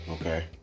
Okay